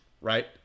right